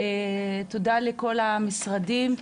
תודה לכל המשרדים,